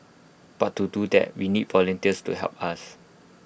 but to do that we need volunteers to help us